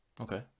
okay